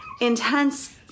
intense